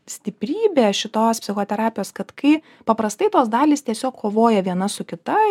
stiprybė šitos psichoterapijos kad kai paprastai tos dalys tiesiog kovoja viena su kita